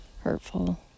hurtful